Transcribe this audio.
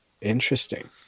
Interesting